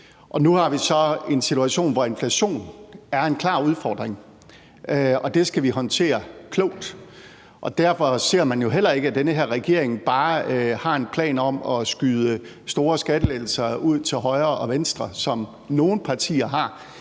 Nu har vi så en situation, hvor inflationen er en klar udfordring, og det skal vi håndtere klogt. Derfor ser man jo heller ikke, at den her regering bare har en plan om at skyde store skattelettelser ud til højre og venstre, som nogle partier har,